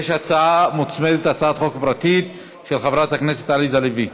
יש הצעת חוק מוצמדת פרטית של חברת הכנסת עליזה לביא.